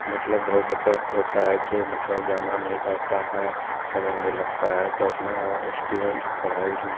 मतलब बहु बचत होता है जो मतलब जाना नहीं पड़ता है समय नहीं लगता है तो अपना एस्टूडेंट पढ़ाई